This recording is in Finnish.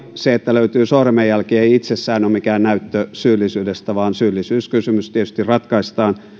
se että löytyy sormenjälki ei itsessään ole mikään näyttö syyllisyydestä vaan syyllisyyskysymys tietysti ratkaistaan